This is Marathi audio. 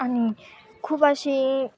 आणि खूप अशी